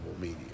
media